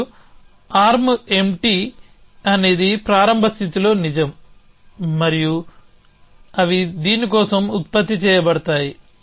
మరియు arm empty అనేది ప్రారంభ స్థితిలో నిజం మరియు అవి దీని కోసం ఉత్పత్తి చేయబడతాయి